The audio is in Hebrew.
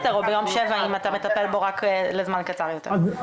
או ביום 7 אם אתה מטפל בו רק לזמן קצר יותר.